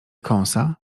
kąsa